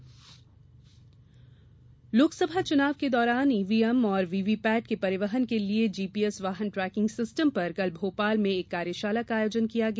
कार्यशाला लोकसभा चुनाव के दौरान ईव्हीएम और वीवीपैट के परिवहन के लिये जीपीएस वाहन ट्रैकिंग सिस्टम पर कल भोपाल में एक कार्यशाला का आयोजन किया गया